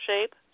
shape